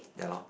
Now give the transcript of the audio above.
yea loh